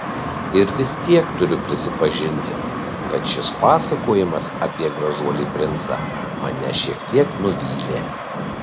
ir vis tiek turiu prisipažinti kad šis pasakojimas apie gražuolį princą mane šiek tiek nuvylė